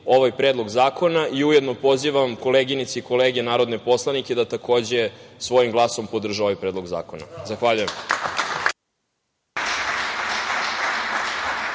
ovaj Predlog zakona i ujedno pozivam koleginice i kolege narodne poslanike da takođe svojim glasom podrže ovaj Predlog zakona. Zahvaljujem.